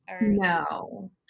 No